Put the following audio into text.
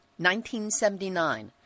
1979